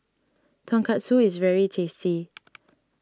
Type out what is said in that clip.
Tonkatsu is very tasty